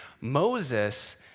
Moses